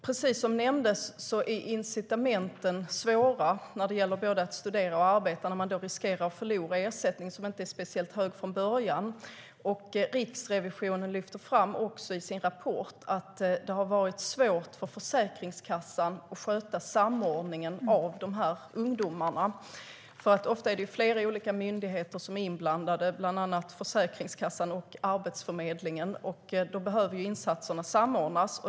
Precis som nämndes är incitamenten svåra när det gäller att både studera och arbeta när människor riskerar att förlora en ersättning som inte är speciellt hög från början. Riksrevisionen lyfter i sin rapport fram att det har varit svårt för Försäkringskassan att sköta samordningen av dessa ungdomar. Ofta är det flera olika myndigheter som är inblandade, bland annat Försäkringskassan och Arbetsförmedlingen. Då behöver insatserna samordnas.